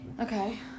Okay